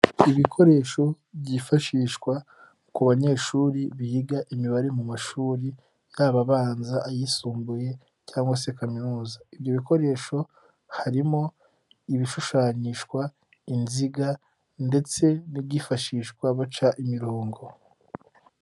Ibikoresho byifashishwa ku banyeshuri biga imibare mu mashuri yaba abanza, ayisumbuye, cyangwa se kaminuza, ibyo bikoresho harimo ibishushanyishwa inziga ndetse n'ibyifashishwa baca imirongo.